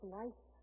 life